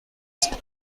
ist